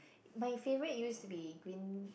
my favorite used to be green